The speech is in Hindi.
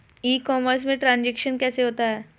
ई कॉमर्स में ट्रांजैक्शन कैसे होता है?